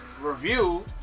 Review